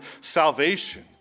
salvation